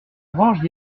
branches